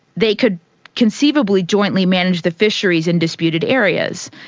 they could conceivably jointly manage the fisheries in disputed areas.